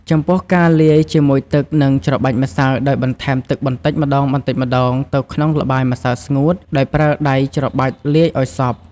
ចំពោះការលាយជាមួយទឹក និងច្របាច់ម្សៅដោយបន្ថែមទឹកបន្តិចម្តងៗទៅក្នុងល្បាយម្សៅស្ងួត ដោយប្រើដៃច្របាច់លាយឱ្យសព្វ។